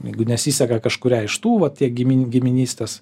jeigu nesiseka kažkuriai iš tų va tie gimin giminystės